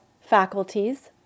faculties